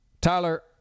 Tyler